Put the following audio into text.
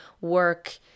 work